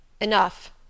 Enough